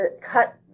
cut